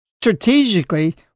strategically